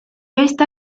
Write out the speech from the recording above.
esta